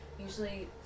usually